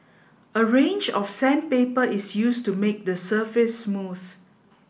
a range of sandpaper is used to make the surface smooth